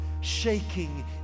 shaking